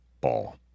ball